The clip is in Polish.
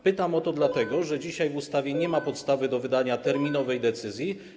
Pytam o to dlatego, że dzisiaj w ustawie nie ma podstawy do wydania terminowej decyzji.